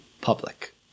public